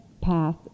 path